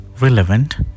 relevant